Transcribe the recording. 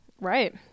Right